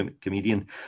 comedian